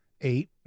Eight